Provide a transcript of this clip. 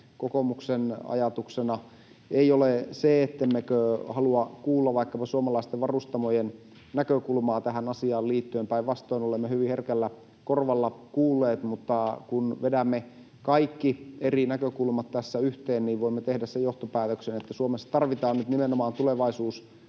kokoomuksen ajatuksena ei ole se, ettemmekö halua kuulla vaikkapa suomalaisten varustamojen näkökulmaa tähän asiaan liittyen — päinvastoin olemme hyvin herkällä korvalla kuulleet — mutta kun vedämme kaikki eri näkökulmat tässä yhteen, niin voimme tehdä sen johtopäätöksen, että Suomessa tarvitaan nyt nimenomaan tulevaisuususkoa ja